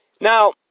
Now